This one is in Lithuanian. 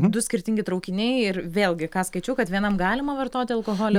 du skirtingi traukiniai ir vėlgi ką skaičiau kad vienam galima vartoti alkoholį